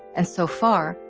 and so far,